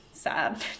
sad